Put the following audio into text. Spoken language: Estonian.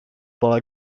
pole